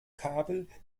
kabel